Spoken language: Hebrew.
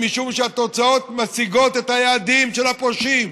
משום שהתוצאות משיגות את היעדים של הפושעים.